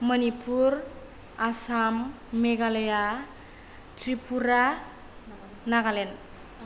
Manipur Assam Meghalaya Tripura Nagaland